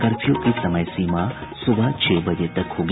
curfew की समय सीमा सुबह छह बजे तक होगी